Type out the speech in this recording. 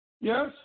Yes